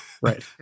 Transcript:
Right